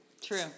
true